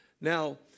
Now